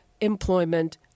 Employment